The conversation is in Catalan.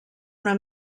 una